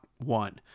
One